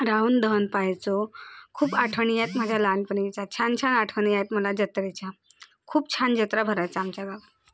रावण दहन पाहायचो खूप आठवणी आहेत माझ्या लहानपणीच्या छान छान आठवणी आहेत मला जत्रेच्या खूप छान जत्रा भरायचा आमच्या गावात